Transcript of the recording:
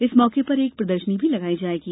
इस मौके पर एक प्रदर्शनी भी लगाई जायेगी